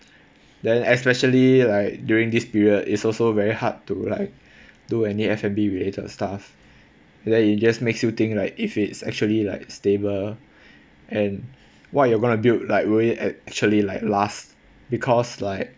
then especially like during this period is also very hard to like do any F and B related stuff and then it just makes you think like if it's actually like stable and what you are gonna build like would it actually like last because like